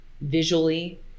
visually